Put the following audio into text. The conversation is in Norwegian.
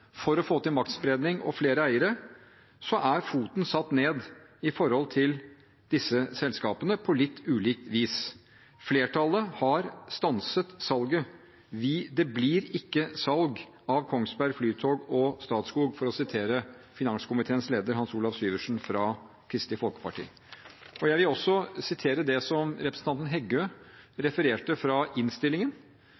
for å få til maktspredning og flere eiere, er foten satt ned på litt ulikt vis. Flertallet har stanset salget. Det blir ikke salg av Kongsberg Gruppen, Flytoget og Statskog, for å referere finanskomiteens leder, Hans Olav Syversen fra Kristelig Folkeparti . Jeg vil også vise til det som representanten Heggø refererte til fra innstillingen,